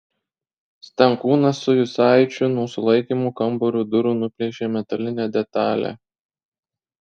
stankūnas su jucaičiu nuo sulaikymo kambario durų nuplėšė metalinę detalę